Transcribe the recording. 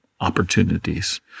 opportunities